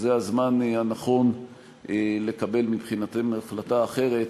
זה הזמן הנכון לקבל מבחינתכם החלטה אחרת.